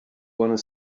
want